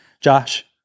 Josh